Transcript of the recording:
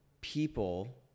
people